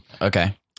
Okay